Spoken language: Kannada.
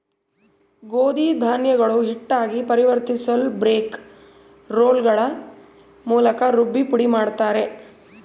ಗೋಧಿ ಧಾನ್ಯಗಳು ಹಿಟ್ಟಾಗಿ ಪರಿವರ್ತಿಸಲುಬ್ರೇಕ್ ರೋಲ್ಗಳ ಮೂಲಕ ರುಬ್ಬಿ ಪುಡಿಮಾಡುತ್ತಾರೆ